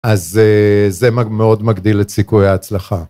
אז זה מאוד מגדיל את סיכוי ההצלחה.